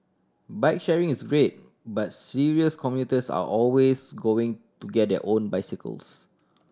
bike sharing is great but serious commuters are always going to get their own bicycles